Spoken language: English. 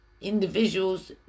individuals